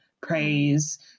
praise